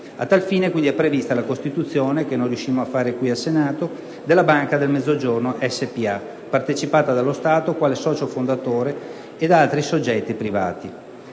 A tal fine è prevista la costituzione, che non riuscimmo a portare a termine qui in Senato, della Banca del Mezzogiorno spa, partecipata dallo Stato quale socio fondatore e da altri soggetti privati.